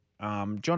John